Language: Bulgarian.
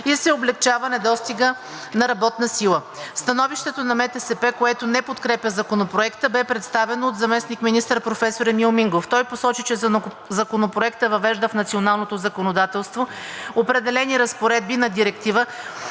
и се облекчава недостига на работна сила. Становището на МТСП, което не подкрепя Законопроекта, бе представено от заместник-министър професор Емил Мингов. Той посочи, че Законопроектът въвежда в националното законодателство определени разпоредби на Директива